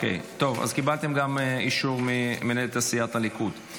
טוב, אז קיבלתם גם אישור ממנהלת סיעת הליכוד.